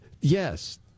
Yes